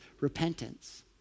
repentance